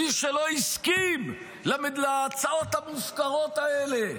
מי שלא הסכים להצעות המופקרות האלה?